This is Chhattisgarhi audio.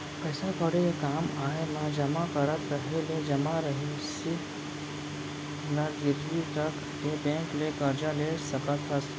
पइसा कउड़ी के काम आय म जमा करत रहें ले जमा रासि ल गिरवी रख के बेंक ले करजा ले सकत हस